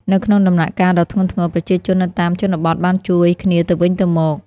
នៅក្នុងដំណាក់កាលដ៏ធ្ងន់ធ្ងរ ប្រជាជននៅតាមជនបទបានជួយគ្នាទៅវិញទៅមក។